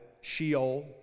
Sheol